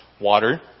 water